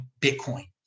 Bitcoin